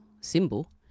symbol